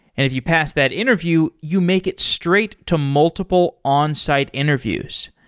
if you pass that interview, you make it straight to multiple onsite interviews.